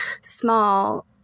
small